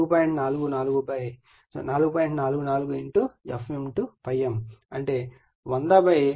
44 f ∅m అంటే 100 4